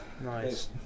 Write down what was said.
Nice